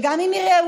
שגם אם היא ראויה,